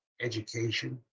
education